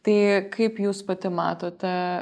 tai kaip jūs pati matote